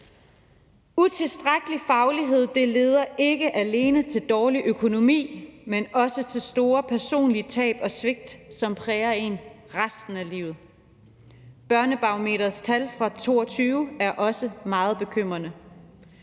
Utilstrækkelig faglighed leder ikke alene til dårlig økonomi, men også til store personlige tab og svigt, som præger en resten af livet. Børnebarometerets tal fra 2022 er også meget bekymrende.